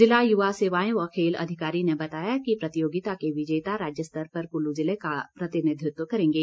जिला युवा सेवाएं व खेल अधिकारी ने बताया कि प्रतियोगिता के विजेता राज्य स्तर पर कुल्लू जिला का प्रतिनिधित्व करेंगे